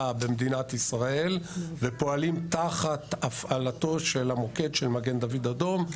במדינת ישראל ופועלים תחת הפעלתו של המוקד של מגן דוד אדום.